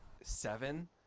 seven